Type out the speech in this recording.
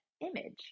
image